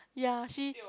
ya she